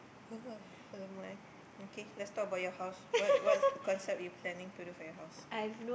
I don't mind okay let's talk about your house what what concept you planning to do for your house